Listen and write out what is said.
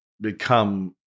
become